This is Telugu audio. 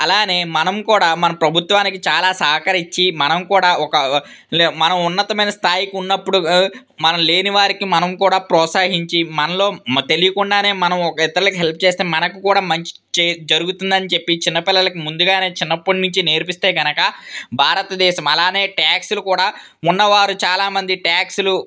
అలాగే మనం కూడా మన ప్రభుత్వానికి చాలా సహకరించి మనం కూడా ఒక లే మనం ఉన్నతమైన స్థాయికి ఉన్నప్పుడు మనం లేని వారికి మనం కూడా ప్రోత్సహించి మనలో తెలియకుండానే మనము ఇతరులకు హెల్ప్ చేస్తే మనకు కూడా మంచి చె జరుగుతుందని చెప్పి చిన్నపిల్లలకి ముందుగా చిన్నప్పటి నుంచి నేర్పిస్తే కనుక భారతదేశం అలాగే ట్యాక్స్లు కూడా ఉన్నవారు చాలామంది ట్యాక్స్లు